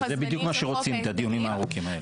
זה בדיוק שהם רוצים, את הדיונים הארוכים האלה.